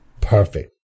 Perfect